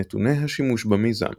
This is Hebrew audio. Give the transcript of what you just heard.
נתוני השימוש במיזם